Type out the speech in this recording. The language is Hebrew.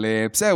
אבל בסדר,